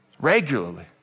regularly